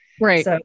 Right